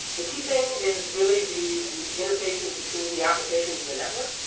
the key thing is really the interfaces between the applications and the network,